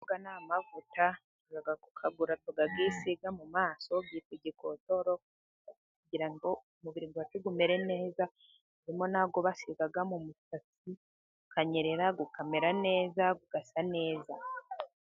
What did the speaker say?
Aya yo ni amavuta tujya kuyagura tukayisiga mu maso, yitwa igikotoro kugira ngo umubiri wacu umere neza, harimo na yo basiga mu musatsi ukanyerera, ukamera neza, ugasa neza.